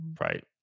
Right